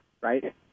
right